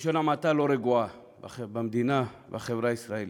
בלשון המעטה, לא רגועה במדינה, בחברה הישראלית.